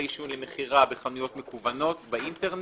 עישון למכירה בחנויות מקונות באינטרנט,